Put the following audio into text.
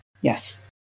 yes